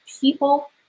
people